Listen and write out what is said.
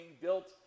built